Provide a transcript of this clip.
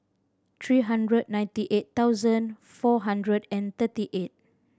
three hundred ninety eight thousand four hundred and thirty eight